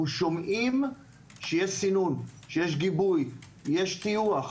שומעים שיש סינון, שיש גיבוי, יש טיוח.